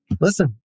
listen